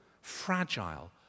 fragile